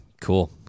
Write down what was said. cool